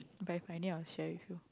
If I find it I will share with you